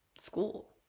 school